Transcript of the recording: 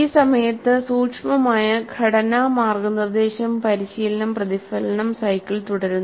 ഈ സമയത്ത് സൂക്ഷ്മമായ "ഘടന മാർഗ്ഗനിർദ്ദേശം പരിശീലനം പ്രതിഫലനം" സൈക്കിൾ തുടരുന്നു